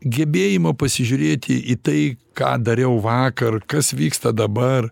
gebėjimo pasižiūrėti į tai ką dariau vakar kas vyksta dabar